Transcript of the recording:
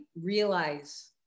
realize